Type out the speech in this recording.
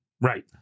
Right